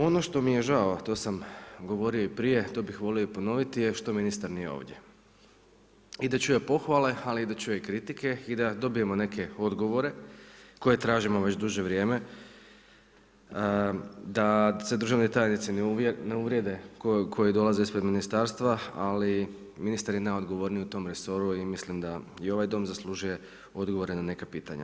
Ono što mi je žao, a to sam govorio i prije to bih volio ponoviti je što ministar nije ovdje i da čuje pohvale, ali i da čuje kritike i da dobijemo neke odgovore koje tražimo već duže vrijeme, da se državni tajnici ne uvrijede koji dolaze ispred ministarstva ali ministar je najodgovorniji u tom resoru i mislim da i ovaj Dom zaslužuje odgovore na neka pitanja.